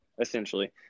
essentially